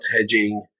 hedging